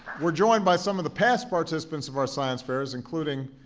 we're joined by some of the past participants of our science fairs, including